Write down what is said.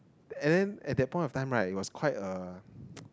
and then at that point of time right it was quite a